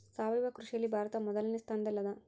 ಸಾವಯವ ಕೃಷಿಯಲ್ಲಿ ಭಾರತ ಮೊದಲನೇ ಸ್ಥಾನದಲ್ಲಿ ಅದ